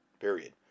period